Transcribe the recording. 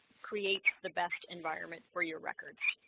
creates the best environment for your record